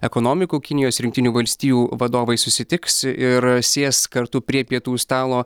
ekonomikų kinijos ir jungtinių valstijų vadovai susitiks ir sės kartu prie pietų stalo